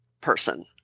person